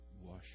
Wash